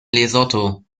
lesotho